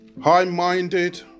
high-minded